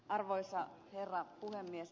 arvoisa herra puhemies